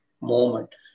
moment